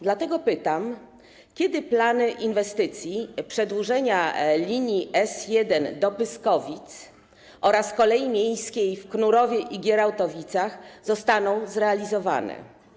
Dlatego pytam: Kiedy plany inwestycji przedłużenia linii S1 do Pyskowic oraz kolei miejskiej w Knurowie i Gierałtowicach zostaną zrealizowane?